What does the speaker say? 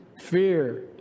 fear